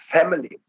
family